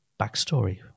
backstory